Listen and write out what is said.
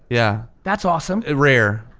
yeah. that's awesome. rare,